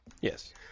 yes